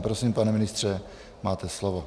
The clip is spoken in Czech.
Prosím, pane ministře, máte slovo.